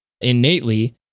innately